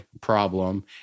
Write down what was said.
problem